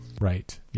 Right